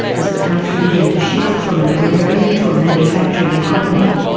as the country began to shift from an agrarian to a manufacturing economy.